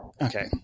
okay